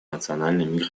национальными